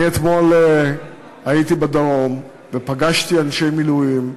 אתמול הייתי בדרום ופגשתי אנשי מילואים,